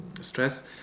stress